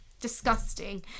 Disgusting